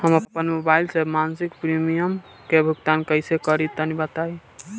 हम आपन मोबाइल से मासिक प्रीमियम के भुगतान कइसे करि तनि बताई?